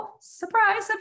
surprise